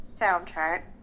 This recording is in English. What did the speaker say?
soundtrack